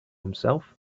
himself